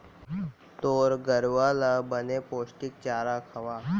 तोर गरूवा ल बने पोस्टिक चारा खवा